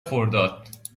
خرداد